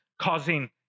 causing